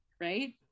right